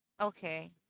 Okay